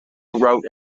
wrote